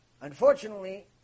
Unfortunately